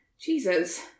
Jesus